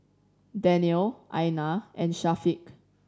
Daniel Aina and Syafiq